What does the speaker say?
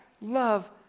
love